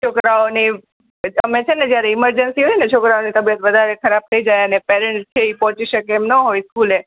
છોકરાઓની અમે છે ને ઇમરજન્સી હોયને છોકરાઓની તબિયત વધારે ખરાબ થઈ જાય અને પેરેન્ટ્સ છે એ પહોંચી શકે એમ ન હોય સ્કૂલે